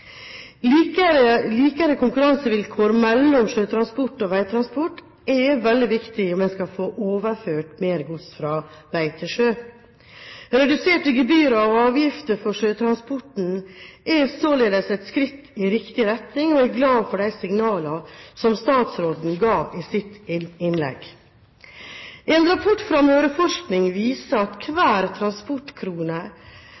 Likere konkurransevilkår mellom sjøtransport og veitransport er veldig viktig om vi skal få overført mer gods fra vei til sjø. Reduserte gebyrer og avgifter for sjøtransporten er således et skritt i riktig retning, og jeg er glad for de signalene som statsråden ga i sitt innlegg. En rapport fra Møreforskning viser at